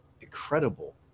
incredible